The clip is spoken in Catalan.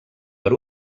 per